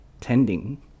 tending